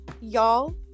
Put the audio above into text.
Y'all